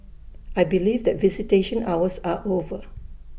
I believe that visitation hours are over